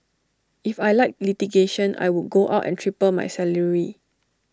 if I liked litigation I would go out and triple my salary